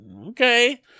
okay